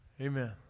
Amen